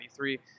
2023